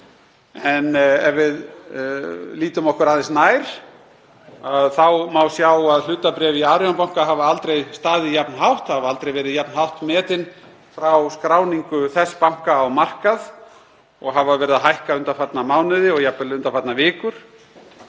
Ef við lítum okkur aðeins nær má sjá að hlutabréf í Arion banka hafa aldrei staðið jafn hátt, hafa aldrei verið jafn hátt metin frá skráningu þess banka á markað, og hafa verið að hækka undanfarna mánuði og jafnvel undanfarnar vikur.